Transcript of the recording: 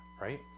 right